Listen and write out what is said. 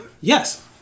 Yes